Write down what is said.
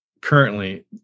currently